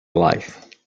life